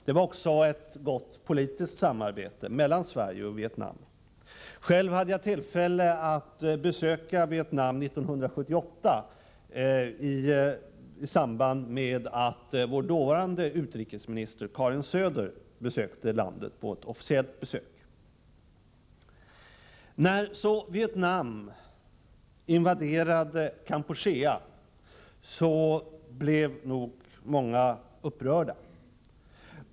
Det var också ett gott politiskt samarbete mellan Sverige och Vietnam. Själv hade jag tillfälle att besöka Vietnam 1978, i samband med att vår dåvarande utrikesminister Karin Söder var i landet på ett officiellt besök. När så Vietnam invaderade Kampuchea blev nog många upprörda.